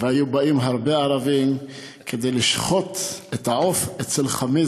והיו באים הרבה ערבים לשחוט את העוף אצל חמי,